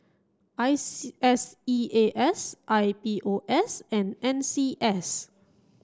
I S E A S I P O S and N C S